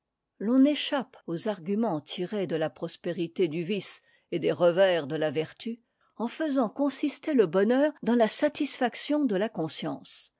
l'on échappe aux arguments tirés de la prospérité du vice et des revers de la vertu en faisant consister le bonheur dans la satisfaction de la conscience